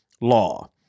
law